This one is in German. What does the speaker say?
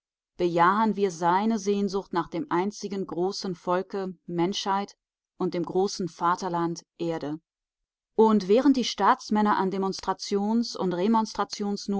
bejahen wir seine sehnsucht nach dem einzigen großen volke menschheit und dem großen vaterland erde und während die staatsmänner an demonstrations und